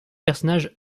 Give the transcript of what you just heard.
personnage